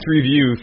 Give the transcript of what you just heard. review